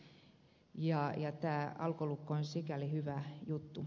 tämä alkolukko on sikäli hyvä juttu